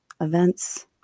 events